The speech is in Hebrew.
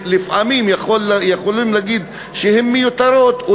שלפעמים יכולים להגיד שהן מיותרות,